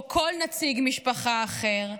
או כל נציג משפחה אחר,